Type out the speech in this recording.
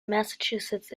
massachusetts